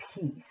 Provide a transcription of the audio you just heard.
peace